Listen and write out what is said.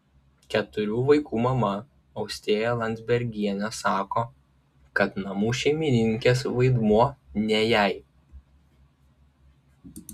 keturių vaikų mama austėja landzbergienė sako kad namų šeimininkės vaidmuo ne jai